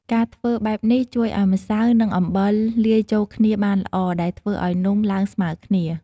ការធ្វើបែបនេះជួយឱ្យម្សៅ និងអំបិលលាយចូលគ្នាបានល្អ ដែលធ្វើឱ្យនំឡើងស្មើគ្នា។